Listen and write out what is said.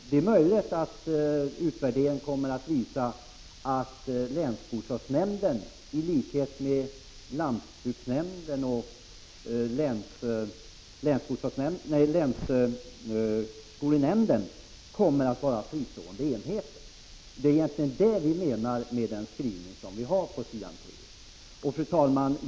Det är möjligt att utvärderingen kommer att visa att länsbostadsnämnden, i likhet med lantbruksnämnden och länsskolnämnden, bör vara en fristående enhet. Det är egentligen detta som vi menar med den skrivning som vi har på s. 3. Fru talman!